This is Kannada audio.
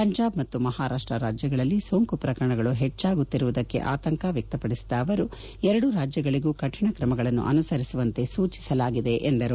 ಪಂಜಾಬ್ ಮತ್ತು ಮಹಾರಾಷ್ಟ್ ರಾಜ್ಯಗಳಲ್ಲಿ ಸೋಂಕು ಪ್ರಕರಣಗಳು ಹೆಚ್ಚಾಗುತ್ತಿರುವುದಕ್ಕೆ ಆತಂಕ ವ್ಯಕ್ತಪಡಿಸಿದ ಅವರು ಎರಡೂ ರಾಜ್ಯಗಳಿಗೂ ಕಠಿಣ ಕ್ರಮಗಳನ್ನು ಅನುಸರಿಸುವಂತೆ ಸೂಚಿಸಲಾಗಿದೆ ಎಂದರು